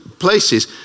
places